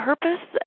purpose